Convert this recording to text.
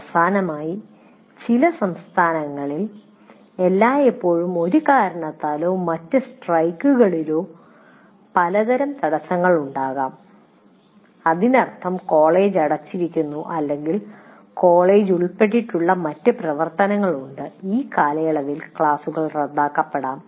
അവസാനമായി ചില സംസ്ഥാനങ്ങളിൽ എല്ലായ്പ്പോഴും ഒരു കാരണത്താലോ മറ്റ് സ്ട്രൈക്കുകളിലോ പലതരം തടസ്സങ്ങൾ ഉണ്ടാകാം അതിനർത്ഥം കോളേജ് അടച്ചിരിക്കുന്നു അല്ലെങ്കിൽ കോളേജ് ഉൾപ്പെട്ടിട്ടുള്ള മറ്റ് പ്രവർത്തനങ്ങളുണ്ട് ഈ കാലയളവിൽ ക്ലാസുകൾ റദ്ദാക്കപ്പെടാം